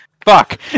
Fuck